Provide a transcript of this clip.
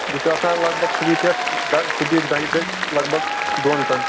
بہٕ چھُ آسان لگ بگ صُبہِ پٮ۪ٹھ دَ صُبہِ دَہہِ پٮ۪ٹھ لگ بگ دۄن تانۍ